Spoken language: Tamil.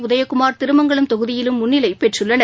உதயகுமார் திருமங்கலம் தொகுதியிலும் முன்னிலை பெற்றள்ளனர்